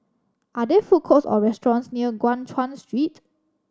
are there food courts or restaurants near Guan Chuan Street